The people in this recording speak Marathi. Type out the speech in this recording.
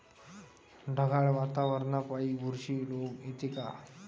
ढगाळ वातावरनापाई बुरशी रोग येते का?